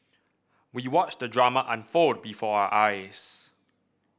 we watched the drama unfold before our eyes